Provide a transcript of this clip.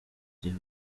gihe